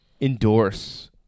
endorse